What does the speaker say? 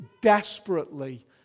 desperately